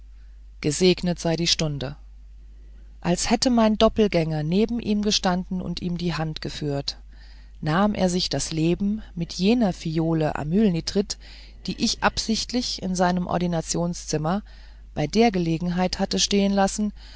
gesegnet sei die stunde als hätte mein doppelgänger neben ihm gestanden und ihm die hand geführt nahm er sich das leben mit jener phiole amylnitrit die ich absichtlich in seinem ordinationszimmer bei der gelegenheit hatte stehenlassen